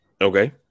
Okay